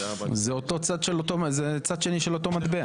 יש --- זה צד שני של אותו מטבע.